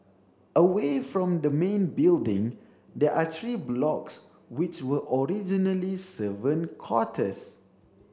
away from the main building there are three blocks which were originally servant quarters